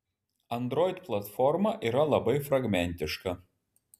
android platforma yra labai fragmentiška